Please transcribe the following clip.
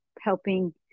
helping